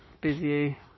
busy